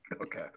Okay